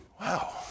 Wow